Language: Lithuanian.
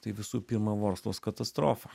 tai visų pirma vorsklos katastrofa